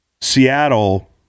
Seattle